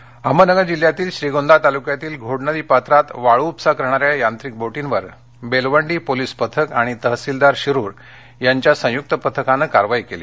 वाळ नगर अहमदनगर जिल्ह्यातील श्रीगोंदा तालुक्यातील घोडनदी पात्रात वाळू उपसा करणाऱ्या यांत्रिक बोटींवर बेलवंडी पोलीस पथक आणि तहसीलदार शिरूर यांच्या संयुक्त पथकाने कारवाई केली